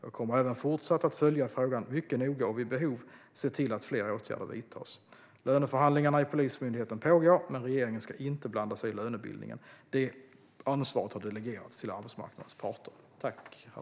Jag kommer även fortsatt att följa frågan mycket noga och vid behov se till att fler åtgärder vidtas. Löneförhandlingarna i Polismyndigheten pågår, men regeringen ska inte blanda sig i lönebildningen. Det ansvaret har delegerats till arbetsmarknadens parter.